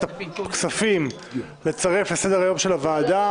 הכספים לצרף נושאים לסדר-היום של הוועדה.